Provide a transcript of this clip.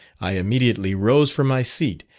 i immediately rose from my seat,